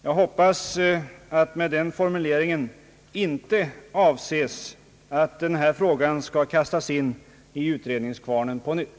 Jag hoppas att med den formuleringen inte avses att denna fråga skall kastas in i utredningskvarnen på nytt.